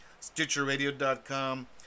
StitcherRadio.com